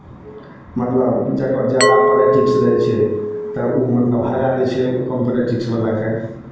मतलब जकर जादा प्रैक्टिस रहै छै तऽ ओ मतलब हरा दै छै कम प्रैक्टिसवलाकेँ